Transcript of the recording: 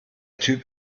typ